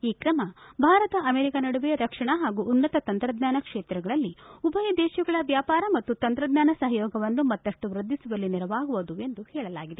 ಈ ಕ್ರಮ ಭಾರತ ಅಮೆರಿಕ ನಡುವೆ ರಕ್ಷಣಾ ಹಾಗೂ ಉನ್ನತ ತಂತ್ರಜ್ಞಾನ ಕ್ಷೇತ್ರಗಳಲ್ಲಿ ಉಭಯ ದೇಶಗಳ ವ್ಯಾಪಾರ ಮತ್ತು ತಂತ್ರಜ್ಞಾನ ಸಹಯೋಗವನ್ನು ಮತ್ತಷ್ಟು ವೃದ್ಧಿಸುವಲ್ಲಿ ನೆರವಾಗುವುದು ಎಂದು ಹೇಳಲಾಗಿದೆ